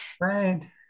Right